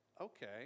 okay